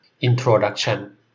introduction